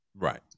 Right